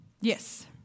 Yes